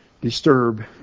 disturb